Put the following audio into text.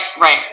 right